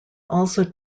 also